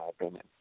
opinion